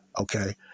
Okay